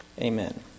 Amen